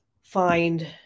find